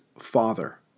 father